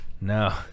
No